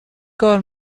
کار